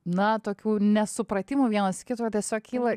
na tokių nesupratimų vienas kito tiesiog kyla